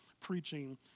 preaching